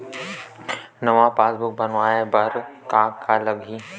नवा पासबुक बनवाय बर का का लगही?